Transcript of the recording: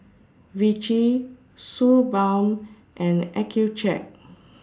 Vichy Suu Balm and Accucheck